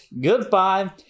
Goodbye